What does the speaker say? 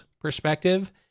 perspective